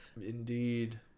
indeed